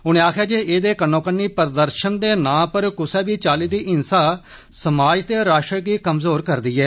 उनें आक्खेया एदे कन्नो कन्नी प्रदर्शन दे नां पर क्सै बी चाली दी हिंसा समाज ते राष्ट्र गी कमजोर करदी ऐ